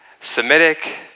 Semitic